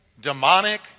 demonic